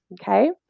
Okay